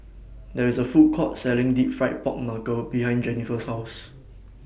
There IS A Food Court Selling Deep Fried Pork Knuckle behind Jennifer's House